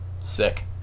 Sick